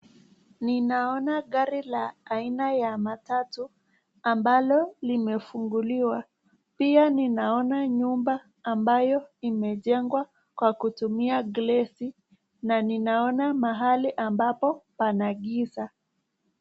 Ninaona gari la aina ya matatu ambalo limefunguliwa. Pia ninaona nyumba ambayo imejengwa kwa kutumia glesi na ninaona mahali ambapo pana giza.